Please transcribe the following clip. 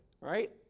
Right